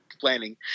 planning